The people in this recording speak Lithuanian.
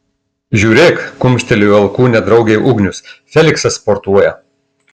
žiūrėk kumštelėjo alkūne draugei ugnius feliksas sportuoja